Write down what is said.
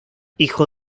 hijo